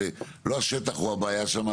הרי לא השטח הוא הבעיה שם,